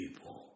people